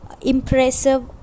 impressive